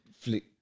Flick